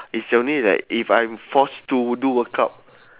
it's only like if I'm force to do workout